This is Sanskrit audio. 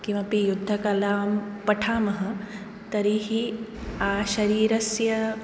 किमपि युद्धकलां पठामः तर्हि आशरीरस्य